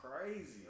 crazy